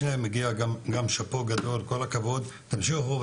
לשניהם מגיע שאפו גדול, כל הכבוד ותמשיכו.